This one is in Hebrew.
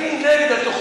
אני נגד התוכנית.